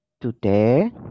today